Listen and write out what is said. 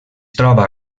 troba